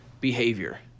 behavior